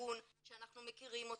הגון שאנחנו מכירים אותו,